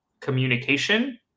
Communication